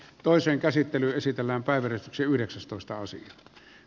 toisen käsittely olisi tänä päivänä syhdeksästoistaosille